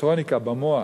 אלקטרוניקה במוח,